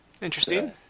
Interesting